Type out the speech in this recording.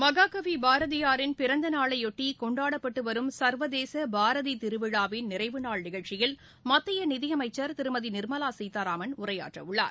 மகாகவி பாரதியாரின் பிறந்த நாளையொட்டி கொண்டாடப்பட்டு வரும் சர்வதேச பாரதி திருவிழாவின் நிறைவு நாள் நிகழ்ச்சியில் மத்திய நிதியமைச்சர் திருமதி நிர்மலா சீதாராமன் உரையாற்றவுள்ளார்